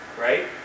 right